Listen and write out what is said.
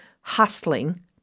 hustling